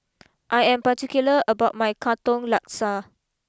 I am particular about my Katong Laksa